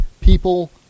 people